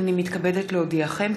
הנני מתכבדת להודיעכם,